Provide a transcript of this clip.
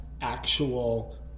actual